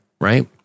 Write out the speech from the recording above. right